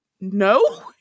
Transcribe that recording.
no